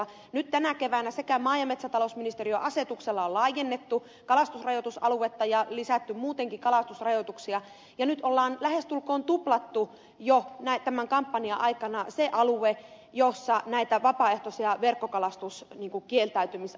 nyt tänä keväänä maa ja metsätalousministeriön asetuksella on laajennettu kalastusrajoitusaluetta ja lisätty muutenkin kalastusrajoituksia ja nyt on lähestulkoon tuplattu jo tämän kampanjan aikana se alue jolla näitä vapaaehtoisia verkkokalastuskieltäytymisalueita on